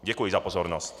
Děkuji za pozornost.